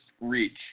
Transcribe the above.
reach